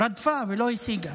רדפה ולא השיגה.